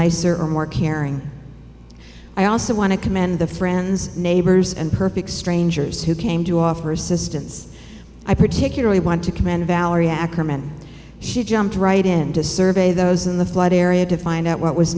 nicer or more caring i also want to commend the friends neighbors and perfect strangers who came to offer assistance i particularly want to commend valerie ackerman she jumped right in to survey those in the flood area to find out what was